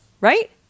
right